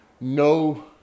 no